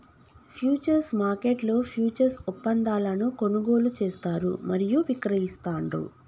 futures మార్కెట్లో futures ఒప్పందాలను కొనుగోలు చేస్తారు మరియు విక్రయిస్తాండ్రు